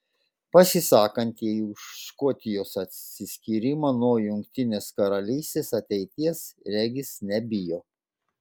pasisakantieji už škotijos atsiskyrimą nuo jungtinės karalystės ateities regis nebijo